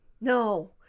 No